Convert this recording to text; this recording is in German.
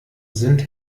sind